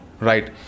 Right